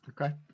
Okay